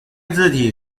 字体